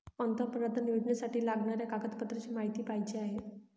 पंतप्रधान योजनेसाठी लागणाऱ्या कागदपत्रांची माहिती पाहिजे आहे